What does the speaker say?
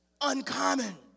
Uncommon